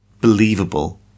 believable